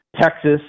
Texas